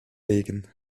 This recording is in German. legen